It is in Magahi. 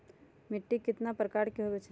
मिट्टी कतना प्रकार के होवैछे?